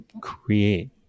create